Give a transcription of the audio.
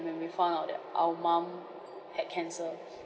when we found out that our mom had cancer